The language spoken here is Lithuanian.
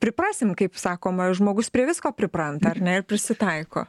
priprasim kaip sakoma žmogus prie visko pripranta ar ne ir prisitaiko